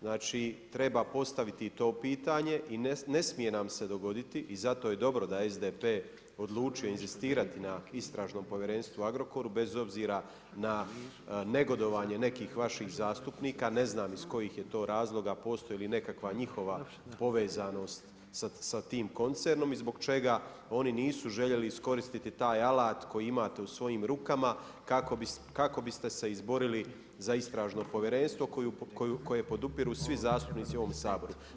Znači treba postaviti i to pitanje i ne smije nam se dogoditi i zato je dobro da SDP odlučio inzistirati na Istražnom povjerenstvu o Agrokoru bez obzira na negodovanje nekih vaših zastupnika, ne znam iz kojih je to razloga, postoji li nekakva njihova povezanost sa tim koncernom i zbog čega oni nisu željeli iskoristiti taj alat koji imate u svojim rukama kako biste se izborili za istražno povjerenstvo koje podupiru svi zastupnici u ovom Saboru.